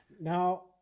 Now